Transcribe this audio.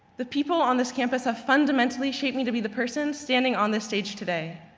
the people on this campus have fundamentally shaped me to be the person standing on this stage today.